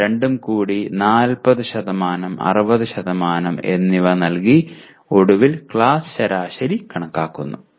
ഞാൻ രണ്ടും കൂടി 40 60 എന്നിവ നൽകി ഒടുവിൽ ക്ലാസ് ശരാശരി കണക്കാക്കുന്നു